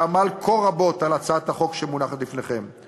שעמל כה רבות על הצעת החוק המונחת לפניכם: